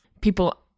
people